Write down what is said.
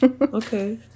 Okay